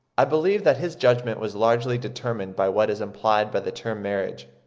i believe that his judgment was largely determined by what is implied by the term marriage.